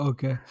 Okay